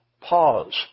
pause